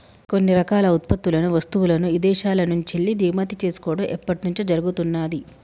కొన్ని రకాల ఉత్పత్తులను, వస్తువులను ఇదేశాల నుంచెల్లి దిగుమతి చేసుకోడం ఎప్పట్నుంచో జరుగుతున్నాది